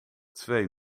twee